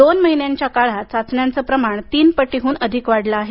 दोन महिन्याच्या काळात चाचण्यांचे प्रमाण तीन पटीहून अधिक वाढले आहे